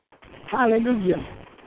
Hallelujah